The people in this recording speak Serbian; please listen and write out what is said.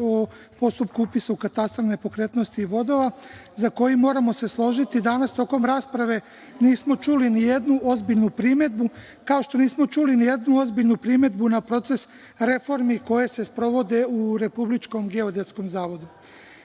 o postupku upisa u Katastar nepokretnosti i vodova, za koji, moramo se složiti danas tokom rasprave nismo čuli ni jednu ozbiljnu primedbu, kao što nismo čuli ni jednu ozbiljnu primedbu na proces reformi koje se sprovode u RGZ.Kada govorimo